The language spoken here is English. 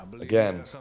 Again